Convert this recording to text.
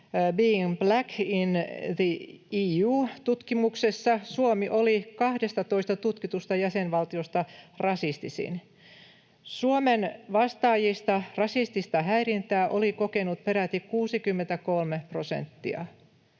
Being Black in the EU ‑tutkimuksessa Suomi oli 12 tutkitusta jäsenvaltiosta rasistisin. Suomen vastaajista rasistista häirintää oli kokenut peräti 63 prosenttia